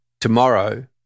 tomorrow